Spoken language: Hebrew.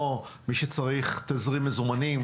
מי שצריך תזרים מזומנים,